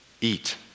eat